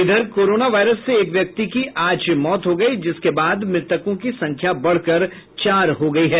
इधर corona virus से एक व्यक्ति की आज मौत हो गयी जिसके बाद मृतकों की संख्या बढ़कर चार हो गयी है